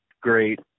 great